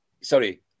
Sorry